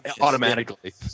Automatically